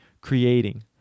creating